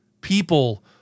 people